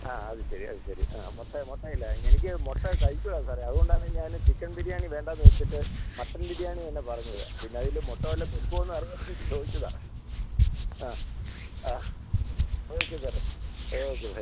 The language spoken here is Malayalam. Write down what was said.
ആ അത് ശരി അത് ശരി മുട്ട മുട്ട ഇല്ല എനിക്ക് മുട്ട കഴിച്ചുകൂടാ സാറേ അതുകൊണ്ടാണ് ഞാൻ ചിക്കെൻ ബിരിയാണി വേണ്ടെന്ന് വെച്ചിട്ട് മട്ടൺ ബിരിയാണി തന്നെ പറഞ്ഞത് പിന്നെ അതിൽ മുട്ട വല്ലതും വെയ്ക്കുമോയെന്ന് അറിയാൻ വേണ്ടി ചോദിച്ചതാ ആ ആ ഓക്കേ സാറെ ഓക്കേ ബൈ